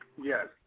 Yes